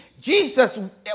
Jesus